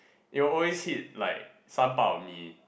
it will always hit like some part of me